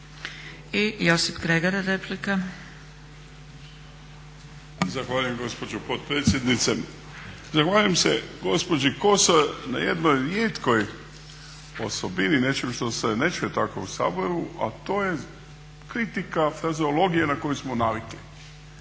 Josip (Nezavisni)** Zahvaljujem gospođo potpredsjednice. Zahvaljujem se gospođi Kosor na jednoj rijetkoj osobini, nečim što se ne čuje tako u Saboru a to je kritika frazeologije na koju smo navikli.